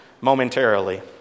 momentarily